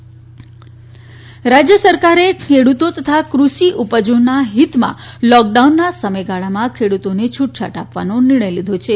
રાજ્ય ખેડૂત રાજ્ય સરકારે ખેડૂતો તથા કૃષિ ઉપજોના હિતમાં લોકડાઉનના સમયગાળામાં ખેડૂતોને છુટછાટ આપવાનો નિર્ણય લીધો છે